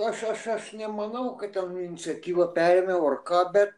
aš aš aš nemanau kad ten iniciatyvą perėmiau ar ką bet